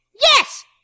Yes